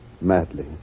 Madly